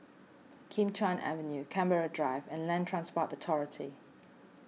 Kim Chuan Avenue Canberra Drive and Land Transport Authority